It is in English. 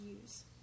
use